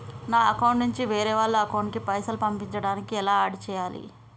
నా అకౌంట్ నుంచి వేరే వాళ్ల అకౌంట్ కి పైసలు పంపించడానికి ఎలా ఆడ్ చేయాలి?